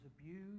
abused